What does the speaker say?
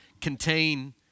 contain